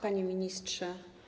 Panie Ministrze!